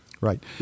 right